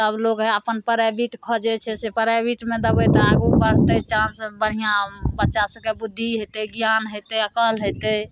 तब लोक वएह अपन प्राइवेट खोजै छै से प्राइवेटमे देबै तऽ आगू बढ़तै चान्स बढ़िआँ बच्चा सभके बुद्धि हेतै ज्ञान हेतै अकिल हेतै